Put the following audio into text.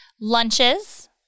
Lunches